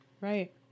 Right